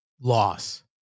loss